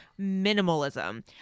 minimalism